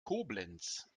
koblenz